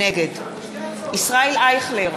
נגד ישראל אייכלר,